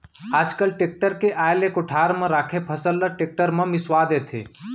आज काल टेक्टर के आए ले कोठार म राखे फसल ल टेक्टर म मिंसवा देथे